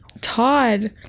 Todd